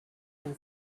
une